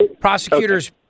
Prosecutors